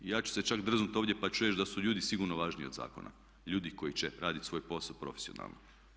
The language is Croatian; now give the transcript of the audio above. I ja ću se čak drznuti ovdje pa ću reći da su ljudi sigurno važniji od zakona, ljudi koji će raditi svoj posao profesionalno.